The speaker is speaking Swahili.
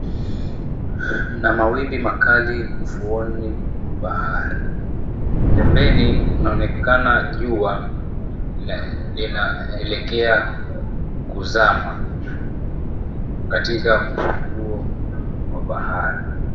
Mna mawimbi makali ufuoni mwa bahari. Pembeni mnaonekana jua linaelekea kuzama. Katika ufuo wa bahari.